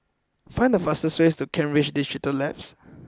find the fastest way to Kent Ridge Digital Labs